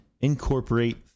incorporate